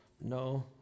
No